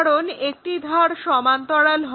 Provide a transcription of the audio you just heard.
কারণ একটি ধার সমান্তরাল হয়